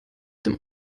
dem